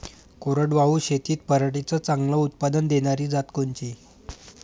कोरडवाहू शेतीत पराटीचं चांगलं उत्पादन देनारी जात कोनची?